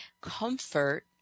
comfort